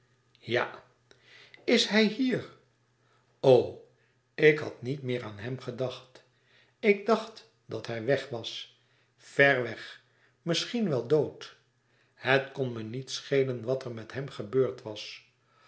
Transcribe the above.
ja is hij hier o ik had niet meer aan hem gedacht ik dacht dat hij weg was ver weg misschien wel dood het kon me niet schelen wat er met hem gebeurd was